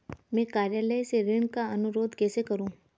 मैं कार्यालय से ऋण का अनुरोध कैसे करूँ?